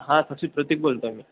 हा सशू प्रतिक बोलतो आहे मी